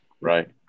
Right